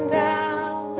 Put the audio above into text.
down